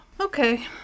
okay